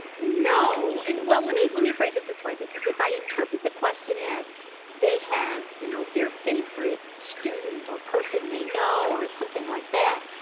no. and well, let me let me phrase it this way, because if i interpret the question as they have, you know, their favorite student or person they know or it's something like that,